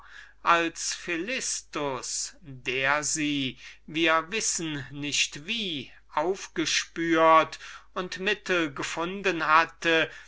als philistus der sie wir wissen nicht wie aufgespürt und mittel gefunden hatte